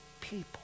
people